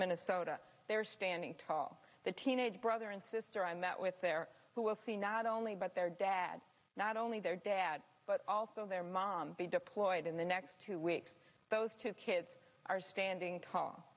minnesota they're standing tall the teenage brother and sister i met with there who will see not only but their dad not only their dad but also their mom be deployed in the next two weeks those two kids are standing tall